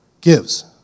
gives